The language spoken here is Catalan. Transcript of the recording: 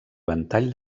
ventall